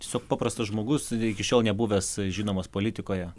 tiesiog paprastas žmogus iki šiol nebuvęs žinomas politikoje